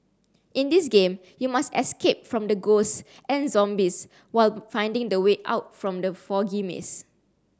in this game you must escape from the ghosts and zombies while finding the way out from the foggy maze